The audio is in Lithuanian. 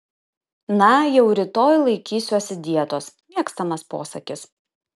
na jau rytoj laikysiuosi dietos mėgstamas posakis